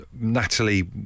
Natalie